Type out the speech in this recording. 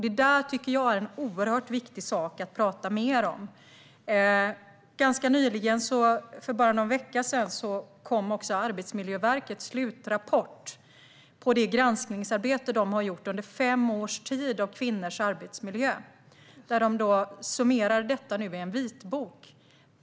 Det där tycker jag är en oerhört viktig sak att prata mer om. Ganska nyligen, för bara någon vecka sedan, kom också Arbetsmiljöverkets slutrapport om det granskningsarbete som de har gjort under fem års tid om kvinnors arbetsmiljö, och det summeras i en vitbok.